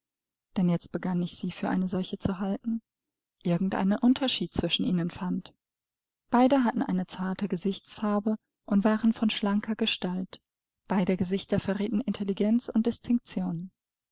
denn jetzt begann ich sie für eine solche zu halten irgend einen unterschied zwischen ihnen fand beide hatten eine zarte gesichtsfarbe und waren von schlanker gestalt beider gesichter verrieten intelligenz und